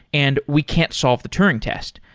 and we can't solve the turing test.